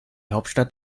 hauptstadt